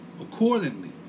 accordingly